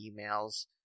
emails